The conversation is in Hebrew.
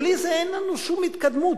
בלי זה אין לנו שום התקדמות,